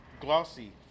glossy